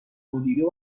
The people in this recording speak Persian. مدیره